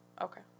Okay